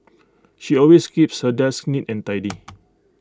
she always keeps her desk neat and tidy